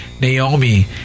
Naomi